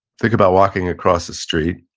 think about walking across the street,